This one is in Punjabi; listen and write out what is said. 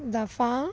ਦਫਾ